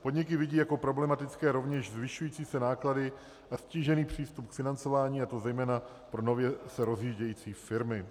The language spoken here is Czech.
Podniky vidí jako problematické rovněž zvyšující se náklady na ztížený přístup k financování, a to zejména pro nově se rozvíjející firmy.